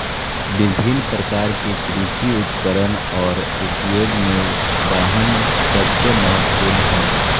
विभिन्न प्रकार के कृषि उपकरण और उपयोग में वाहन सबसे महत्वपूर्ण हइ